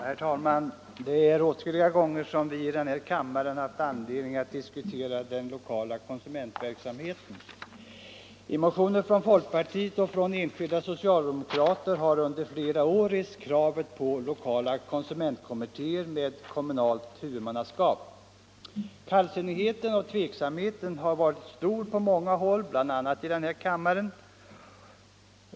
Herr talman! Det är åtskilliga gånger som vi i den här kammaren haft anledning att diskutera den lokala konsumentverksamheten. I motioner från folkpartiet och från enskilda socialdemokrater har under flera år rests kravet på lokala konsumentkommittéer med kommunalt huvudmannaskap. Kallsinnigheten och tveksamheten har varit stor på många håll, bl.a. i den här kammaren.